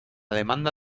demanda